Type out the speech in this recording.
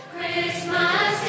Christmas